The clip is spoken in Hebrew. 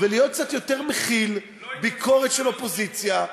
וקצת יותר להכיל ביקורת של אופוזיציה,